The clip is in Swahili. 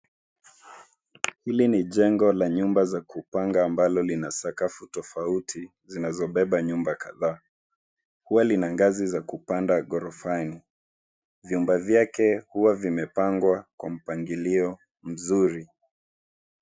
Hili ni jengo la nyumba za kupanga ambalo lina sakafu tofauti zinazobeba nyumba kadhaa. Huwa lina ngazi za kupanda ghorofani. Vyumba vyake huwa vimepangwa kwa mpangilio mzuri.